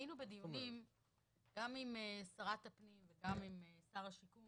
היינו בדיונים גם עם שרת הפנים וגם עם שר השיכון